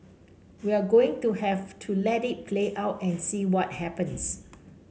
we're going to have to let it play out and see what happens